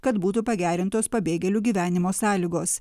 kad būtų pagerintos pabėgėlių gyvenimo sąlygos